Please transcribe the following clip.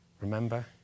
remember